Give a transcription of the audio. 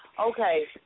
Okay